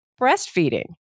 Breastfeeding